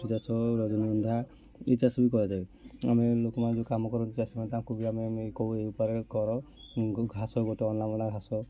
ଗେଣ୍ଡୁ ଚାଷ ରଜନୀଗନ୍ଧା ଏ ଚାଷ ବି କରାଯାଏ ଆମେ ଲୋକମାନେ ଯେଉଁ କାମ କରନ୍ତି ଚାଷୀ ମାନେ ତାଙ୍କୁ ବି ଆମେ କହୁ ଏଇ ଉପାୟରେ କର ଘାସ ଅନାବନା ଘାସ